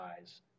eyes